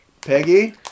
Peggy